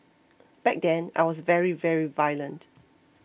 back then I was very very violent